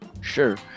Sure